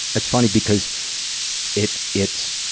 it's funny, because it, it's,